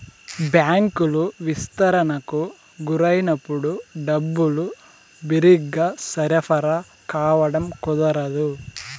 బ్యాంకులు విస్తరణకు గురైనప్పుడు డబ్బులు బిరిగ్గా సరఫరా కావడం కుదరదు